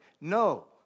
No